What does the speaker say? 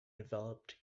developed